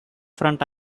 front